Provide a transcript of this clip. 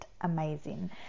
amazing